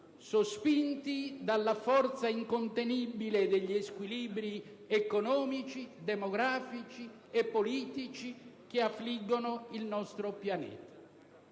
sospinti dalla forza incontenibile degli squilibri economici, demografici e politici che affliggono il nostro pianeta.